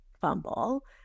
fumble